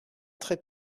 très